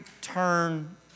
turn